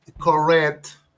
correct